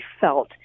felt